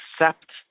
accept